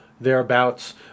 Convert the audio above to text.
thereabouts